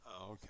Okay